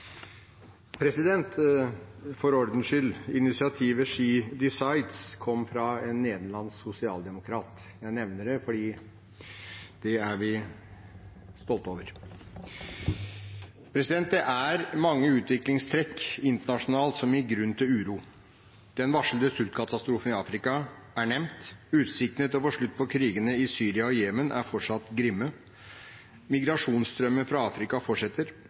For ordens skyld: Initiativet «She Decides» kom fra en nederlandsk sosialdemokrat. Jeg nevner det fordi det er vi stolte over. Det er mange utviklingstrekk internasjonalt som gir grunn til uro. Den varslede sultkatastrofen i Afrika er nevnt. Utsiktene til å få slutt på krigene i Syria og Jemen er fortsatt grimme. Migrasjonsstrømmen fra Afrika fortsetter.